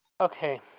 Okay